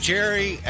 Jerry